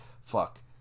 Fuck